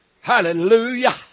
Hallelujah